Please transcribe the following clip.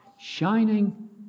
shining